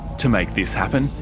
to make this happen,